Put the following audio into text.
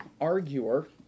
arguer